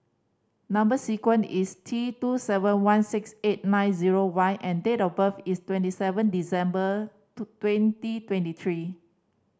number sequence is T two seven one six eight nine zero Y and date of birth is twenty seven December twenty twenty three